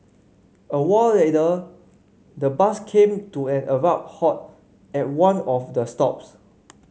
a while later the bus came to an abrupt halt at one of the stops